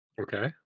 Okay